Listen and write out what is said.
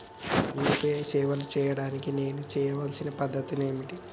UPI సేవలు చేయడానికి నేను చేయవలసిన పద్ధతులు ఏమిటి?